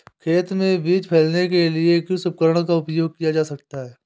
खेत में बीज फैलाने के लिए किस उपकरण का उपयोग किया जा सकता है?